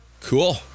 Cool